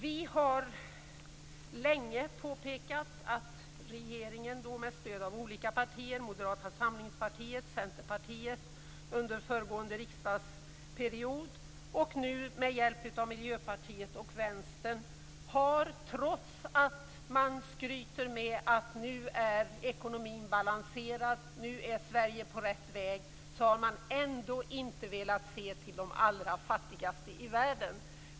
Vi har länge påpekat att regeringen med stöd av olika partier - Moderata samlingspartiet och Centerpartiet under föregående riksdagsperiod och nu Miljöpartiet och Vänstern - inte har, trots att man skryter med att ekonomin är balanserad och att Sverige är på rätt väg, velat se till de allra fattigaste i världen.